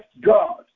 God